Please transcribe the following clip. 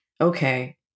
okay